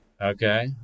okay